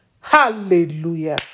Hallelujah